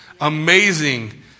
amazing